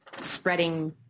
spreading